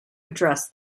address